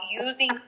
using